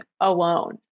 alone